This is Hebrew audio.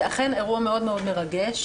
זה אכן אירוע מאוד מאוד מרגש.